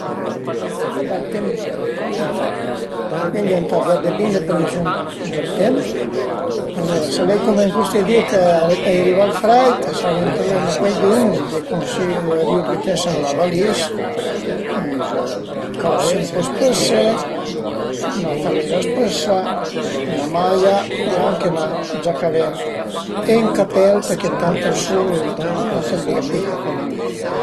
A dipend sempre dal temp ch'a fa, cuindi ëntà guardé bin le previziun del temp, alura s'al e cume ën cuesti di ch'a i ariva ël freit, s'a ven truveme cuaidün, i cunsiarìu dë bütese ën la valis dë cause ën po spëse, 'na camiza spësa, 'na maia e anche 'na giaca a vent e ën capèl përché tant ël sul dürant ël di a pica comuncue